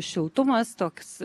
šiltumas toks